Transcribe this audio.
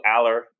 Aller